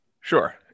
Sure